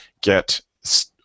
get